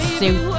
suit